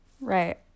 Right